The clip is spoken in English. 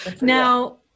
Now